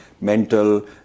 mental